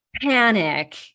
panic